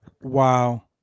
Wow